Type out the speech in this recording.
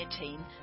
team